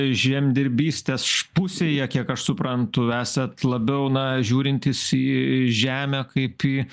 žemdirbystės š pusėje kiek aš suprantu esat labiau na žiūrintis į žemę kaip į